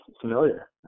familiar